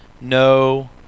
no